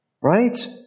Right